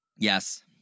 Yes